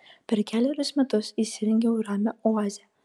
per kelerius metus įsirengiau ramią oazę